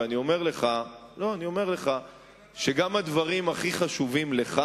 ואני אומר לך שגם הדברים הכי חשובים לך,